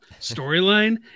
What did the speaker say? storyline